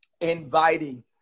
inviting